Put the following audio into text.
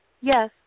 Yes